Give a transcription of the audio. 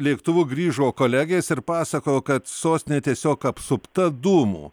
lėktuvu grįžo kolegės ir pasakojo kad sostinė tiesiog apsupta dūmų